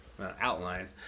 outline